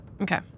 Okay